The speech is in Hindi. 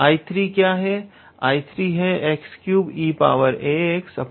𝐼3 है x3eaxa 3a 𝐼2